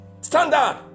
Standard